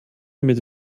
mit